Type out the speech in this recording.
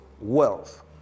wealth